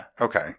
okay